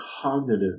cognitive